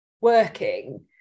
working